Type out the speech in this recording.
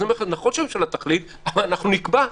אז אני אומר לכם: נכון שהממשלה תחליט אבל אנחנו נקבע,